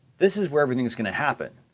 this is where everything's gonna happen.